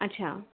আচ্ছা